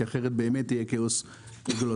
כי אחרת באמת יהיה כאוס רגולטורי.